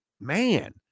Man